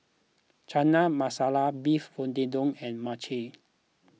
Chana Masala Beef and Mochi